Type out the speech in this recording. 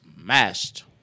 smashed